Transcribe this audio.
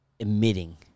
emitting